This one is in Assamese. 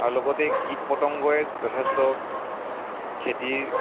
আৰু লগতে কীট পতংগই যথেষ্ট খেতিৰ